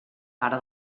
pare